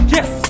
Yes